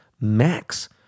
max